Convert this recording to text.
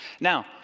Now